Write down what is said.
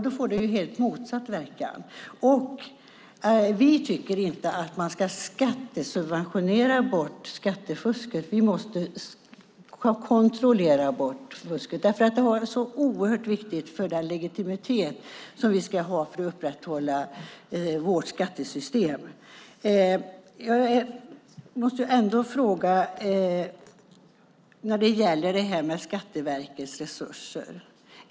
Då får det ju helt motsatt verkan. Vi tycker inte att man ska skattesubventionera bort skattefusket. Vi ska kontrollera bort fusket. Det är oerhört viktigt för den legitimitet som vi ska ha för att upprätthålla vårt skattesystem. Jag måste ändå ställa en fråga när det gäller Skatteverkets resurser.